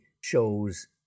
shows